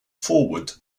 forward